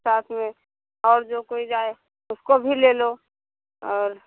साथ में और जो कोई जाए उसको भी ले लो और